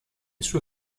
sue